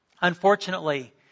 Unfortunately